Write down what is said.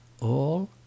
All